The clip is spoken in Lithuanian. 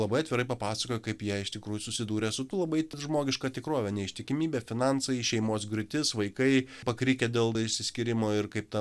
labai atvirai papasakojo kaip jie iš tikrųjų susidūrė su labai žmogiška tikrove neištikimybė finansai šeimos griūtis vaikai pakrikę dėl išsiskyrimo ir kaip ta